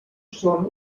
són